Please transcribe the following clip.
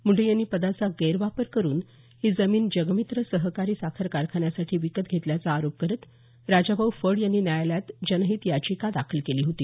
मुंडे यांनी पदाचा गैरवापर करुन ही जमीन जगमित्र सहकारी साखर कारखान्यासाठी विकत घेतल्याचा आरोप करत राजाभाऊ फड यांनी न्यायालयात जनहित याचिका दाखल केली होती